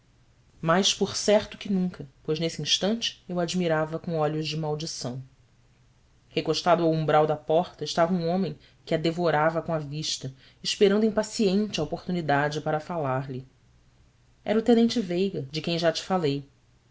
mais por certo que nunca pois nesse instante eu a admirava com olhos de maldição recostado ao umbral da porta estava um homem que a devorava com a vista esperando impaciente a oportunidade para falar-lhe era o tenente veiga de quem já te falei